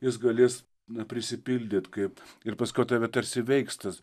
jis galės na prisipildyt kaip ir paskiau tave tarsi veiks tas